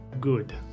good